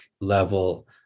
level